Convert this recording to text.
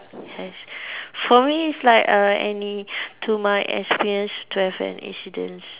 yes for me it's like err any to my experience to have an incidents